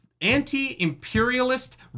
anti-imperialist